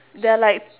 there are like